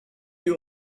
you